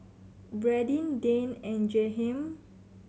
Bradyn Dayne and Jahiem